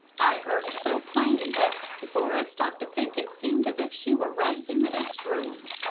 i heard it so plain that before i stopped to think it seemed as if she were right in the next room.